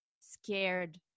scared